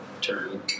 Turn